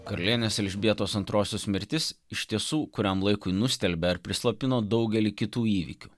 karalienės elžbietos antrosios mirtis iš tiesų kuriam laikui nustelbė ar prislopino daugelį kitų įvykių